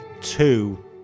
two